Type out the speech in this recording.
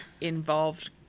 involved